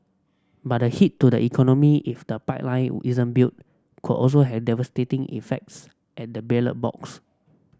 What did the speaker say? but the hit to the economy if the pipeline isn't built could also had devastating effects at the ballot box